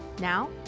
Now